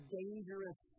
dangerous